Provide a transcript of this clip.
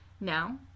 Now